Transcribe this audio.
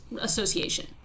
association